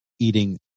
eating